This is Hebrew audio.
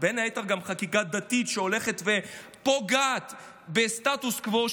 בין היתר חקיקה דתית שהולכת ופוגעת בסטטוס קוו,